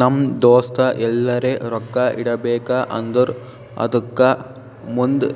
ನಮ್ ದೋಸ್ತ ಎಲ್ಲರೆ ರೊಕ್ಕಾ ಇಡಬೇಕ ಅಂದುರ್ ಅದುಕ್ಕ ಮುಂದ್